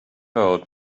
note